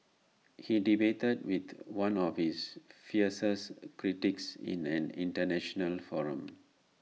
he debated with one of his fiercest critics in an International forum